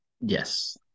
Yes